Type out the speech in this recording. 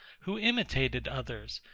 who imitated others,